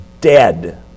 dead